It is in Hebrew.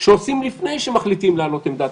כאלה שעושים לפני שמחליטים להעלות עמדת